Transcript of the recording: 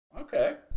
Okay